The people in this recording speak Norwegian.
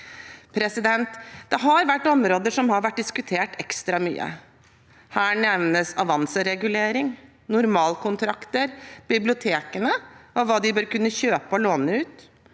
leser. Det har vært områder som har vært diskutert ekstra mye. Her nevnes avanseregulering, normalkontrakter, bibliotekene og hva de bør kunne kjøpe og låne ut,